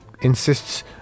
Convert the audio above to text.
insists